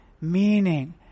meaning